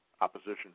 opposition